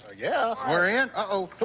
ah yeah. we're in? uh-oh.